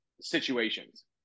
situations